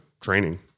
training